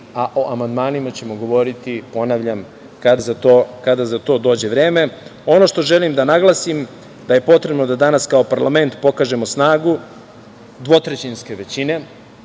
a o amandmanima ćemo govoriti, ponavljam, kada za to dođe vreme. Ono što želim da naglasim jeste da je potrebno da danas kao parlament pokažemo snagu dvotrećinske većine